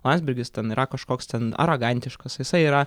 landsbergis ten yra kažkoks ten arogantiškas jisai yra